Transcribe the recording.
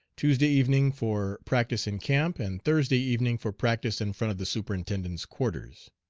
tuesday evening for practice in camp, and thursday evening for practice in front of the superintendent's quarters.